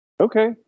Okay